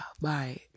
bye